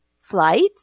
Flight